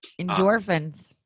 Endorphins